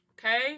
Okay